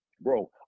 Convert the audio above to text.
bro